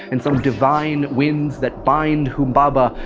and some divine winds that bind humbaba,